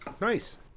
Nice